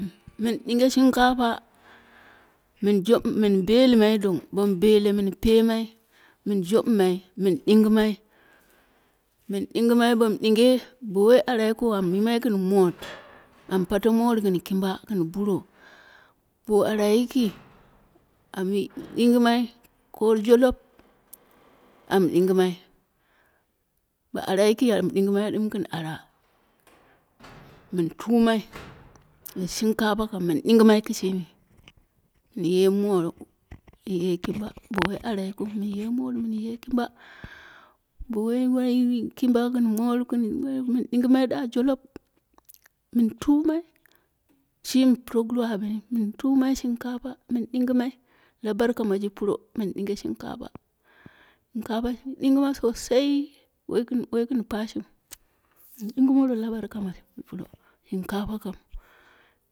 Min ɗinge shinkapa, min belimai dong, bom ɓele min pemai, min jobumai, min ɗingimai, min ɗingimai, bom ɗinge bowai ara yikiu am yimai gin mot, am pate mot ginj kimba gin buro. Bo ara yiki, am ɗingi mai, ko jolof am dingimai, bo ara yiki am ɗingimai ɗum gin ara. Min tumai, shinkafa kam min ɗingimai kishimi, min ye mot, ye kimba bowoi ara yikiu, min ye mot min ye kimba min dingimai da jolof min tumai, shimi puroguru a bini min tumai, shinkafa min ɗingemai, la barka ma ji puro min ɗinge shinkafa shinkafa min ɗingimai sasai woi gin pashiu, min ɗingimoro la barka ma ji puro, shinkafa kam.